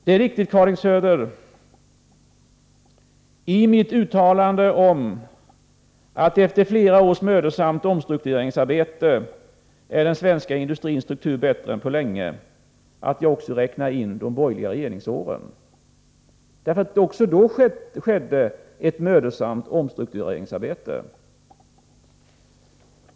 Det är riktigt, Karin Söder, att jag uttalade att den svenska industrins struktur efter flera års mödosamt omstruktureringsarbete är bättre än på mycket länge. Det är också riktigt att det under de borgerliga regeringsåren skedde ett mödosamt omstruktureringsarbete.